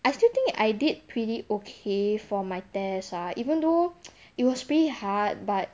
I still think I did pretty okay for my test ah even though it was very hard but